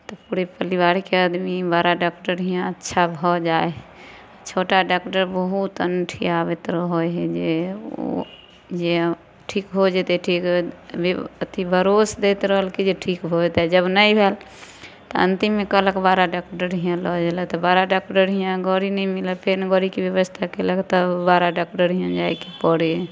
तऽ पूरे परिवारके आदमी बड़ा डॉक्टर हिआँ अच्छा भऽ जाए छोटा डॉक्टर बहुत अनठिएबैत रहे हइ जे ओ जे ठीक हो जेतै ठीक नहि ओ अथी भरोस दैत रहल कि जे ठीक हो जेतै जब नहि भेल तहन अन्तिममे कहलक बड़ा डॉक्टर हिआँ लऽ जाइलए तऽ बड़ा डॉक्टर हिआँ गाड़ी नहि मिलत फेर गाड़ीके बेबस्था कएलक तब बड़ा डॉक्टरके हिआँ ले जाइके पड़ै हइ